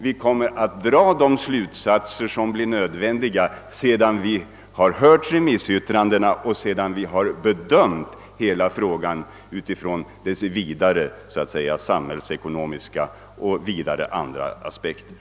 Vi kommer att dra de slutsatser som blir nödvändiga att dra när remissyttrandena kommit in och när vi bedömt frågan ur dess vidare samhällsekonomiska och andra aspekter.